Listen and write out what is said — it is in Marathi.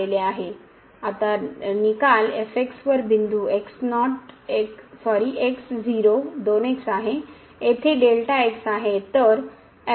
आता निकाल वर बिंदू 2x आहे